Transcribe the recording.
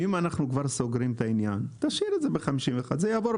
אם אנחנו כבר סוגרים את העניין תשאיר את זה ב-51 זה יעבור.